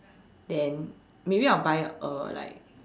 then maybe I'll buy uh like